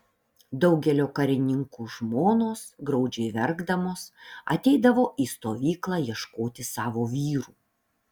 daugelio karininkų žmonos graudžiai verkdamos ateidavo į stovyklą ieškoti savo vyrų